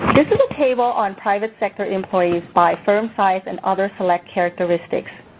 this is a table on private sector employees by firm size and other select characteristics.